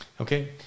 Okay